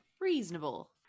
Reasonable